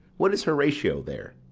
what, is horatio there?